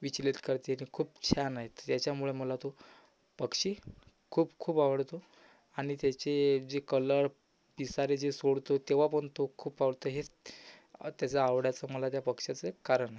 विचलित करते आणि खूप छान आहेत त्याच्यामुळं मला तो पक्षी खूप खूप आवडतो आणि त्याचे जे कलर पिसारे जे सोडतो तेव्हा पण तो खूप आवडतं हेच त्याचं आवडायचं मला त्या पक्ष्याचं कारण आहे